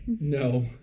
No